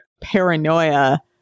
paranoia